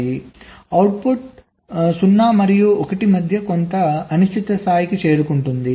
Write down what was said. కాబట్టి అవుట్పుట్ 0 మరియు 1 మధ్య కొంత అనిశ్చిత స్థాయికి చేరుకుంటుంది